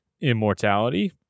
Immortality